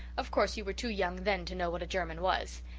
of course you were too young then to know what a german was.